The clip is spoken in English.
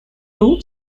two